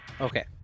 okay